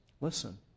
listen